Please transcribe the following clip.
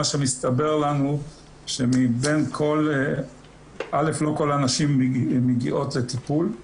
מה שמסתבר לנו שמבין כל א' לא כל הנשים מגיעות לטיפול,